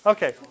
Okay